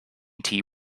tea